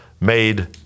made